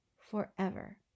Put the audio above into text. forever